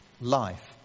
life